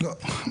לא,